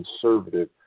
conservative